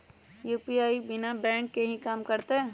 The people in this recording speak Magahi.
यू.पी.आई बिना बैंक के भी कम करतै?